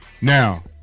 Now